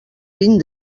vint